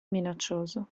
minaccioso